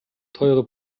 teure